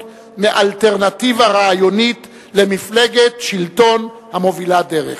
מאלטרנטיבה רעיונית למפלגת שלטון המובילה דרך.